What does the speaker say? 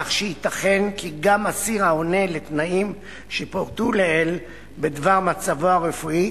כך שייתכן כי גם אסיר העונה לתנאים שפורטו לעיל בדבר מצבו הרפואי,